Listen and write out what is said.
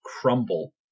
crumble